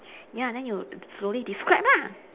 ya then you slowly describe lah